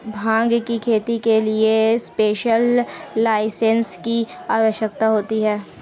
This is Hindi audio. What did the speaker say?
भांग की खेती के लिए स्पेशल लाइसेंस की आवश्यकता होती है